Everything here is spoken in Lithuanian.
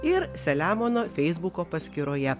ir selemono feisbuko paskyroje